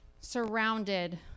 surrounded